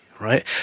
Right